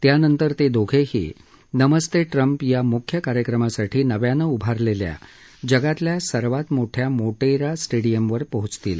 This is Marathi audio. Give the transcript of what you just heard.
त्यानंतर ते दोघेही नमस्ते ट्रम्प या मुख्य कार्यक्रमासाठी नव्यानं उभारलेल्या जगातल्या सर्वात मोठ्या मोटेरा स्टेडियमवर पोहोचतील